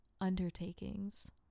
undertakings